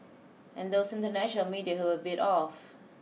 and those international media who were a bit off